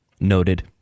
Noted